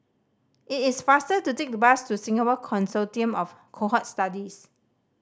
it is faster to take the bus to Singapore Consortium of Cohort Studies